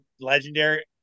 legendary